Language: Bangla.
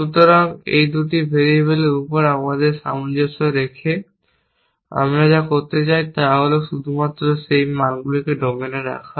সুতরাং এই দুটি ভেরিয়েবলের উপর আমাদের সামঞ্জস্য রেখে আমরা যা করতে চাই তা হল শুধুমাত্র সেই মানগুলিকে ডোমেনে রাখা